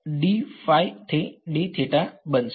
તેથી તે બનશે